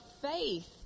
faith